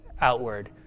outward